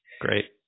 Great